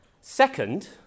Second